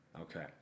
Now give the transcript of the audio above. Okay